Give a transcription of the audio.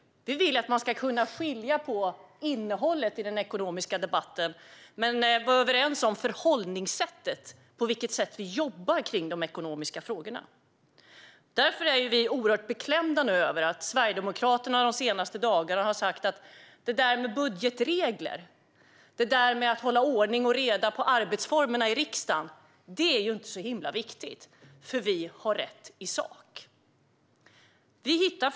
Vi vill att man ska skilja på innehållet i den ekonomiska debatten men vara överens om förhållningssättet, det vill säga det sätt vi jobbar med de ekonomiska frågorna. Därför är vi nu oerhört beklämda över att Sverigedemokraterna de senaste dagarna har sagt att budgetregler, att hålla ordning och reda på arbetsformerna i riksdagen, inte är så himla viktigt eftersom Sverigedemokraterna har rätt i sak.